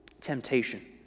temptation